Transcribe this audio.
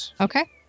Okay